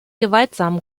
gewaltsamen